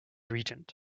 regent